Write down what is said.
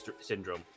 syndrome